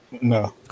No